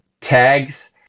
tags